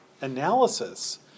analysis